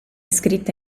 scritta